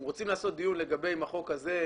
אם רוצים לעשות דיון לגבי החוק הזה,